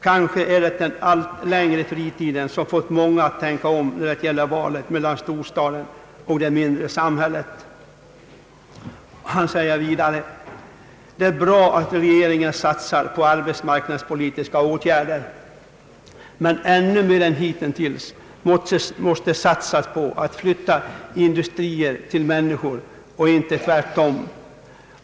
»Kanske är det den allt längre fritiden som fått många att tänka om när det gäller valet mellan storstaden och det mindre samhället.» Den nämnde byggnadsarbetaren säger vidare: »Det är bra att regeringen satsar på arbetsmarknadspolitiska åtgärder, men ännu mer än hittills måste satsas på att flytta industrier till människorna, inte tvärtom.